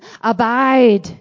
Abide